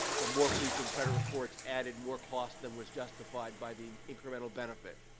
the more frequent credit reports added more cost than was justified by the incremental benefit.